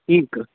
ठीक